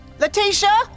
Letitia